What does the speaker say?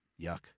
Yuck